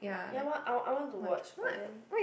ya what I I want to watch but then